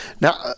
Now